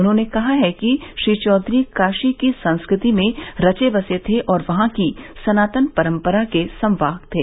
उन्होंने कहा है कि श्री चौधरी काशी की संस्कृति में रचे बसे थे और वहां की सनातन परंपरा के संवाहक थे